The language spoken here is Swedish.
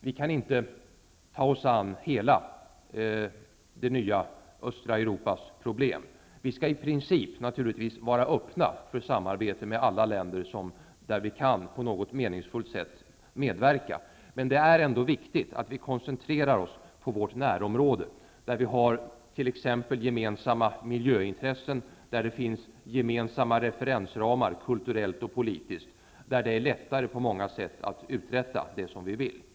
Vi kan inte ta oss an hela det nya östra Europas problem. I princip skall vi naturligtvis vara öppna för samarbete med alla länder där vi på ett meningsfullt sätt kan medverka. Men det är ändå viktigt att vi koncentrerar oss på vårt närområde, där vi har t.ex. gemensamma miljöintressen, där det finns gemensamma referensramar kulturellt och politiskt och där det på många sätt är lättare att uträtta det vi vill göra.